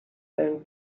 and